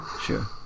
Sure